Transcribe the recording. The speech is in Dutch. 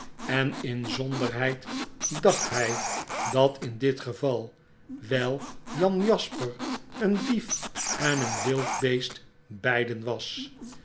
en inzonderheid dacht hy dat in dit geval wijl jan jasper een dief en een wild beest beiden was